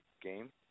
game